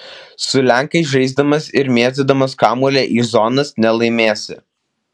su lenkais žaisdamas ir mėtydamas kamuolį į zonas nelaimėsi